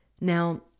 Now